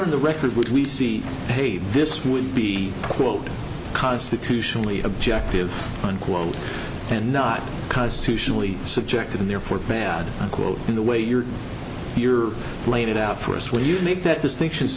are on the record which we see behave this would be quote constitutionally objective unquote and not constitutionally subjective and therefore bad quote in the way you're you're laid it out for us when you make that distinction